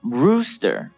rooster